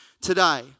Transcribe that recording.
today